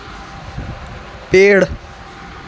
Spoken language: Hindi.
पेड़